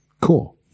Cool